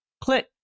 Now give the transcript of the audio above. click